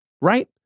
Right